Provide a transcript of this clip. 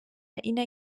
اینه